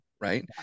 right